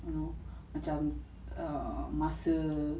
you know macam err masa